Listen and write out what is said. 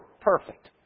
perfect